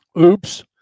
Oops